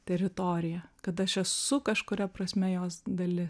teritorija kad aš esu kažkuria prasme jos dalis